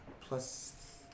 plus